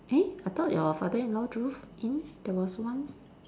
eh I thought your father-in-law drove in there was once